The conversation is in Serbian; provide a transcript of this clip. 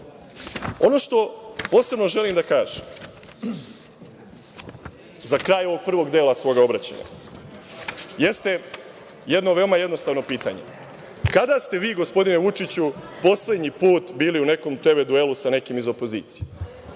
što posebno želim da kažem za kraj ovog prvog dela svog obraćanja jeste jedno veoma jednostavno pitanje – kada ste vi, gospodine Vučiću, poslednji put bili u nekom TV duelu sa nekim iz opozicije?